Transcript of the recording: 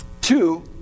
Two